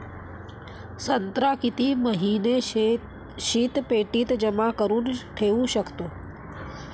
संत्रा किती महिने शीतपेटीत जमा करुन ठेऊ शकतो?